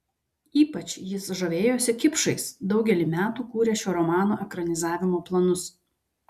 ypač jis žavėjosi kipšais daugelį metų kūrė šio romano ekranizavimo planus